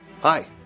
Hi